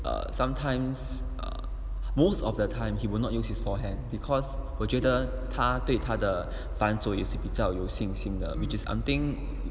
err sometimes err most of the time he will not use his forehand because 我觉得他对他的反左也是比较有信心的 which is something